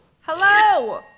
Hello